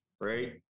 right